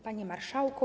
Panie Marszałku!